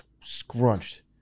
scrunched